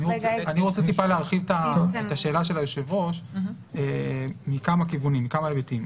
אני רוצה להרחיב מעט את שאלת היושב ראש מכמה היבטים.